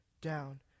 down